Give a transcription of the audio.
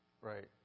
Right